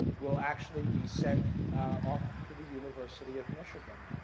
will actually be sent off to the university of michigan,